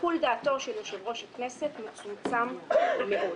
שיקול דעתו של יושב-ראש הכנסת מצומצם מאוד.